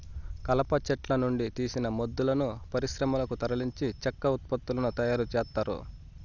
కలప చెట్ల నుండి తీసిన మొద్దులను పరిశ్రమలకు తరలించి చెక్క ఉత్పత్తులను తయారు చేత్తారు